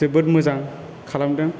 जोबोर मोजां खालामदों